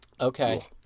Okay